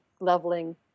leveling